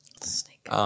Snake